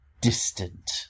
distant